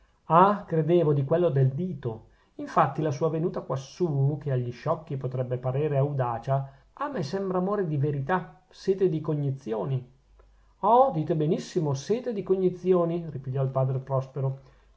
ah credevo di quello del dito infatti la sua venuta quassù che agli sciocchi potrebbe parere audacia a me sembra amore di verità sete di cognizioni oh dite benissimo sete di cognizioni ripigliò il padre prospero